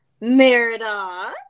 Merida